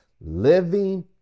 living